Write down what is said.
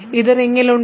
ഇത് റിങ്ങിൽ ഉണ്ട്